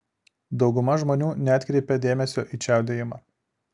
dauguma žmonių neatkreipia dėmesio į čiaudėjimą